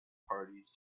parties